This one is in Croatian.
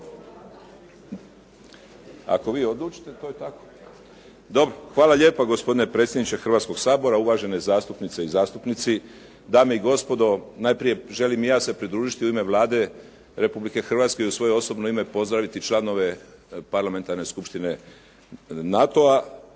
hvala lijepo gospodine predsjedniče Hrvatskog sabora, uvažene zastupnice i zastupnici, dame i gospodo. Najprije želim i ja se pridružiti u ime Vlade Republike Hrvatske i u svoje osobno ime pozdraviti članove Parlamentarne skupštine NATO-a.